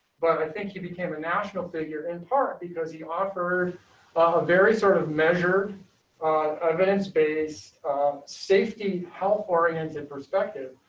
but i think he became a national figure in part because he offered ah ah very sort of measure event space safety, health oriented perspective.